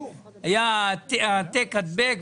היה העתק-הדבק,